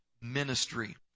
ministry